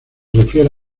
refiere